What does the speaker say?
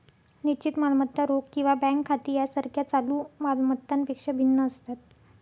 निश्चित मालमत्ता रोख किंवा बँक खाती यासारख्या चालू माल मत्तांपेक्षा भिन्न असतात